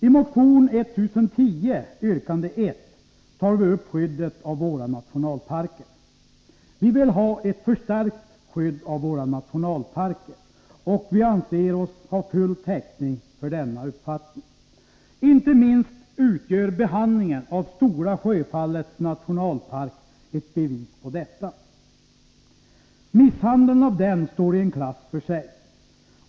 I motion 1010 yrkande 1 tar vi upp skyddet av våra nationalparker. Vi vill ha ett förstärkt skydd av våra nationalparker, och vi anser oss ha full täckning för denna uppfattning. Inte minst utgör behandlingen av Stora Sjöfallets nationalpark ett bevis på detta. Misshandeln av denna står i en klass för sig.